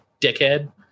dickhead